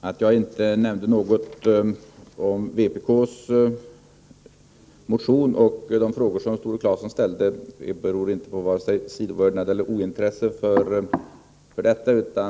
Herr talman! Att jag inte nämnde något om vpk:s motion och de frågor som Tore Claeson ställde beror inte på vare sig sidovördnad eller ointresse för detta, utan...